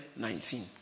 19